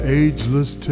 ageless